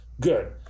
Good